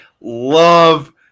love